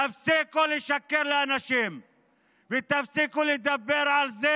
תפסיקו לשקר לאנשים ותפסיקו לדבר על זה